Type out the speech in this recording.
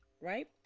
Right